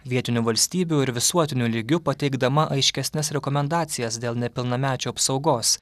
vietinių valstybių ir visuotiniu lygiu pateikdama aiškesnes rekomendacijas dėl nepilnamečių apsaugos